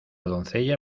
doncella